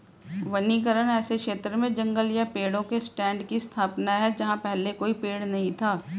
वनीकरण ऐसे क्षेत्र में जंगल या पेड़ों के स्टैंड की स्थापना है जहां पहले कोई पेड़ नहीं था